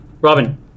Robin